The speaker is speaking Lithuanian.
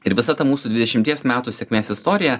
ir visa ta mūsų dvidešimties metų sėkmės istorija